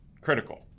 critical